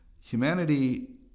Humanity